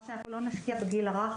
מה שאנחנו לא נשקיע בגיל הרך,